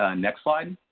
ah next slide.